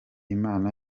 imana